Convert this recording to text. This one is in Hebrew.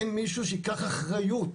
אין מישהו שייקח אחריות.